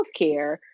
healthcare